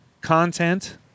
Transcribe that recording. content